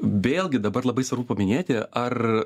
vėlgi dabar labai svarbu paminėti ar